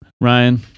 Ryan